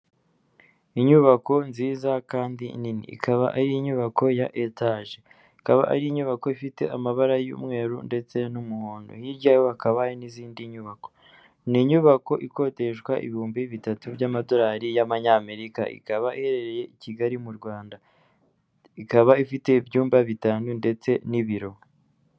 Inyubako nziza kandi nini ikaba ari inyubako ya etaje, ikaba ari inyubako ifite amabara y'umweru ndetse n'umuhondo, hirya yayo hakaba hari n'izindi nyubako, ni inyubako ikodeshwa ibihumbi bitatu by'amadorari y'Amerika, ikaba iherereye i Kigali mu Rwanda, ikaba ifite ibyumba bitanu ndetse n'ibiro.